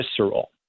visceral